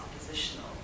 oppositional